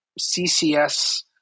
CCS